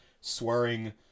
swearing